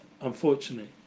unfortunately